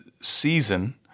season